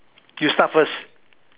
you start first